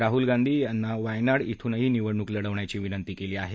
राहुल गांधी यांना वायनाड इथूनही निवडणूक लढवण्याची विनंती केली आहे